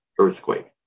earthquake